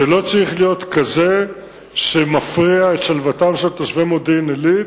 בעיקר בשעות הלילה,